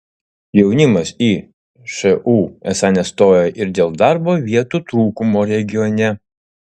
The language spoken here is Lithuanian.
jaunimas į šu esą nestoja ir dėl darbo vietų trūkumo regione